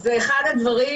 זה אחד הדברים,